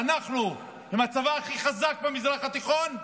ואנחנו, עם הצבא הכי חזק במזרח התיכון,